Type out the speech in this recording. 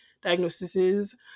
diagnoses